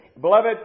Beloved